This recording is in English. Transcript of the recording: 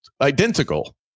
identical